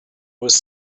was